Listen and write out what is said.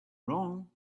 wrong